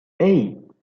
hey